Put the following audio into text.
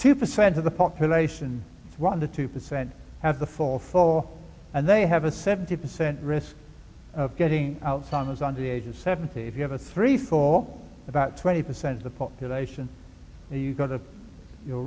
two percent of the population one to two percent at the fall fall and they have a seventy percent risk of getting out some is under the age of seventy if you have a three for about twenty percent of the population you go to your